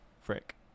Frick